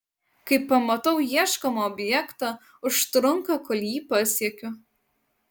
kai pamatau ieškomą objektą užtrunka kol jį pasiekiu